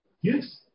Yes